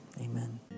Amen